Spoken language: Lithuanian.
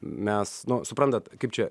mes nu suprantat kaip čia